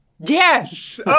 Yes